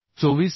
24 मि